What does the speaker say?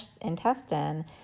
intestine